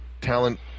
talent